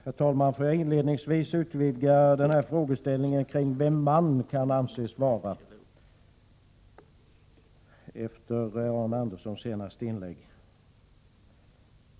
Herr talman! Jag vill inledningsvis, efter Arne Anderssons i Gamleby senaste inlägg, utvidga frågeställningen om vem ”man” kan anses vara.